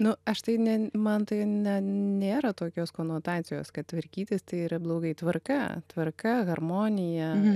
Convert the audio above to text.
nu aš tai ne man tai ne nėra tokios konotacijos kad tvarkytis tai yra blogai tvarka tvarka harmonija